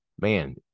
man